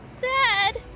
Dad